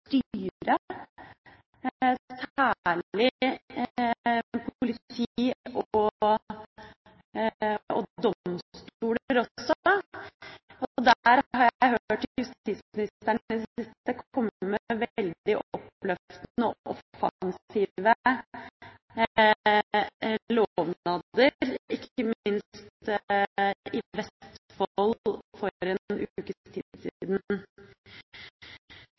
styre særlig politi og domstoler. Der har jeg hørt justisministeren i det siste komme med veldig oppløftende, offensive lovnader, ikke minst i Vestfold